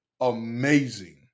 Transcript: amazing